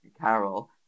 Carol